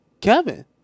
Kevin